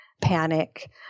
panic